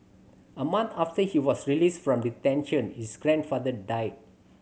a month after he was released from detention his grandfather died